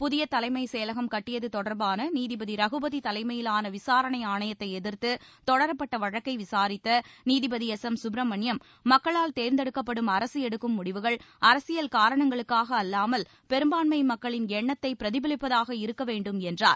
புதிய தலைமைச் செயலகம் கட்டியது தொடர்பான நீதிபதி ரகுபதி தலைமையிலான விசாரணை ஆணையத்தை எதிர்த்து தொடரப்பட்ட வழக்கை விசாரித்த நீதிபதி எஸ் எம் சுப்பிரமணியம் மக்களால் தேர்ந்தெடுக்கப்படும் அரசு எடுக்கும் முடிவுகள் அரசியல் காரணங்களுக்காக அல்லாமல் பெரும்பான்மை மக்களின் எண்ணத்தை பிரதிபலிப்பதாக இருக்க வேண்டும் என்றார்